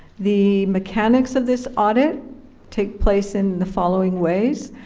the mechanics of this audit take place in the following ways.